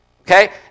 Okay